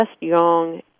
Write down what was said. young